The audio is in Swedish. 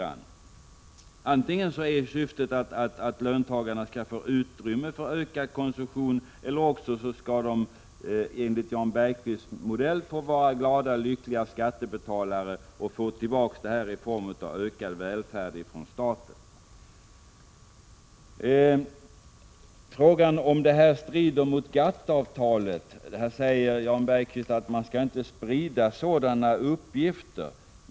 Antingen är syftet att löntagarna skall få utrymme för ökad konsumtion, eller också skall de enligt Jan Bergqvists modell vara glada och lyckliga skattebetalare och få tillbaka i form av ökad välfärd från staten. Så till frågan om förslaget strider mot GATT-avtalet. Jan Bergqvist säger att man inte skall sprida sådana uppgifter.